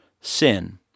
sin